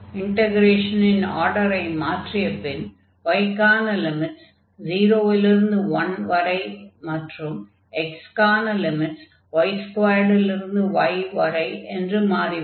இன்டக்ரேஷனின் ஆர்டரை மாற்றிய பின் y க்கான லிமிட்ஸ் 0 லிருந்து 1 வரை மற்றும் x க்கான லிமிட்ஸ் y2 லிருந்து y வரை என்று மாறிவிடும்